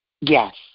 Yes